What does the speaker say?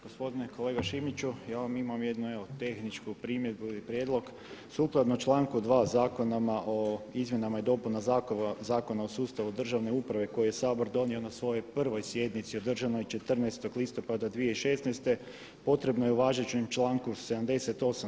Gospodine kolega Šimiću ja vam imam jednu evo tehničku primjedbu ili prijedlog sukladno članku 2. Zakona o izmjenama i dopunama Zakona o sustavu državne uprave koju je Sabor donio na svojoj prvoj sjednici održanoj 14. listopada 2016. potrebno je u važećem članku 78.